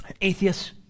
atheist